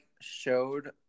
showed